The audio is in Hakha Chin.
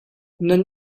nan